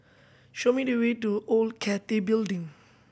show me the way to Old Cathay Building